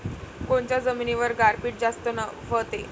कोनच्या जमिनीवर गारपीट जास्त व्हते?